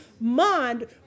mind